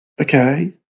Okay